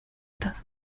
das